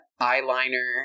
eyeliner